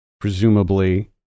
presumably